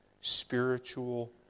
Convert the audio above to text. spiritual